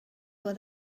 for